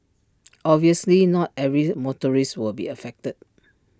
obviously not every motorist will be affected